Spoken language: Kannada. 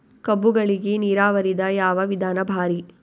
ಕಬ್ಬುಗಳಿಗಿ ನೀರಾವರಿದ ಯಾವ ವಿಧಾನ ಭಾರಿ?